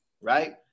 right